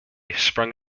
sprung